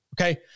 okay